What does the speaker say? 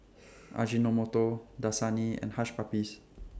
Ajinomoto Dasani and Hush Puppies